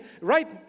right